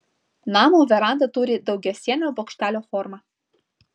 namo veranda turi daugiasienio bokštelio formą